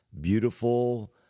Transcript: beautiful